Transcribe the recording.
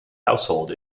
household